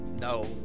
no